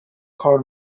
کار